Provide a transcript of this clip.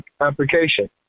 application